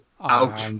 Ouch